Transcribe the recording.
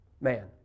man